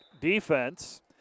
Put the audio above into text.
defense